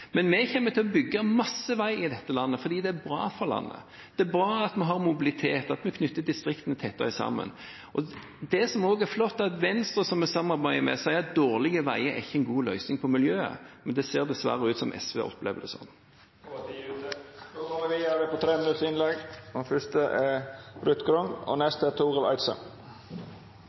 Men vi kommer til å bygge masse vei i dette landet fordi det er bra for landet. Det er bra at vi har mobilitet, og at vi knytter distriktene tettere sammen. Det som også er flott, er at Venstre, som vi samarbeider med, sier at dårlige veier ikke er noen god løsning for miljøet, men det ser dessverre ut til at SV opplever det sånn. Dei talarane som heretter får ordet, har ei taletid på